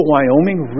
Wyoming